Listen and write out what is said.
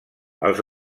els